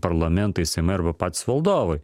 parlamentai seime arba patys valdovai